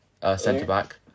centre-back